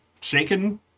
shaken